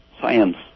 science